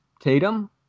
Tatum